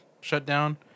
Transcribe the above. shutdown